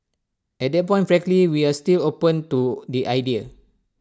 at that point frankly we are still open to the idea